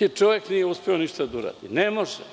i čovek nije uspeo ništa da uradi. Ne može.